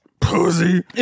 pussy